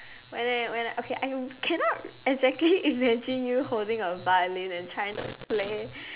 when I when I okay I w~ cannot exactly imagine you holding a violin and trying to play